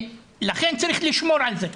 לכן צריך לשמור על זה.